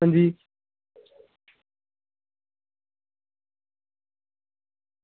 अंजी